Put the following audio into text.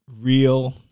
real